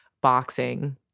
boxing